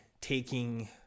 taking